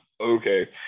okay